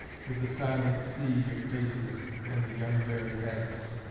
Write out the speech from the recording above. with the silent sea of faces and the unbared heads,